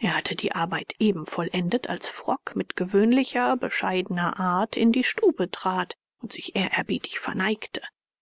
er hatte die arbeit eben vollendet als frock mit gewöhnlicher bescheidener art in die stube trat und sich ehrerbietig verneigte